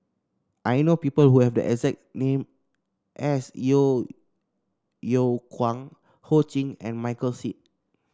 I know people who have the exact name as Yeo Yeow Kwang Ho Ching and Michael Seet